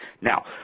Now